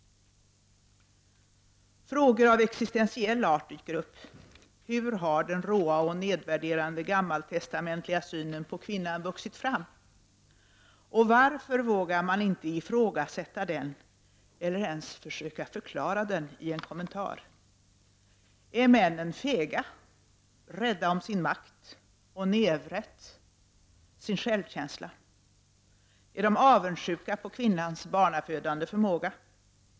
Frågor av existensiell art dyker upp. Hur har den råa och nedvärderande gammaltestamentliga synen på kvinnan vuxit fram, och varför vågar man inte ifrågasätta den eller ens försöka förklara den i en kommentar? Är männen fega, rädda om sin makt och nävrätt, sin självkänsla? Är de avundsjuka på kvinnans barnafödande förmåga?